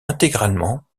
intégralement